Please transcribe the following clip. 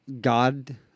god